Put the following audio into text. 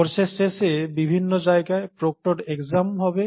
কোর্সের শেষে বিভিন্ন জায়গায় প্রক্টরড এক্সাম হবে